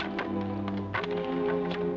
too